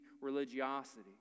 religiosity